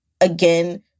again